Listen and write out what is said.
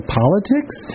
politics